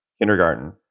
kindergarten